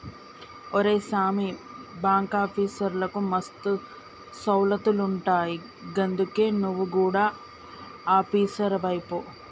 ఒరే సామీ, బాంకాఫీసర్లకు మస్తు సౌలతులుంటయ్ గందుకే నువు గుడ ఆపీసరువైపో